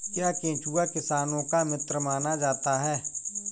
क्या केंचुआ किसानों का मित्र माना जाता है?